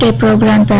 ah program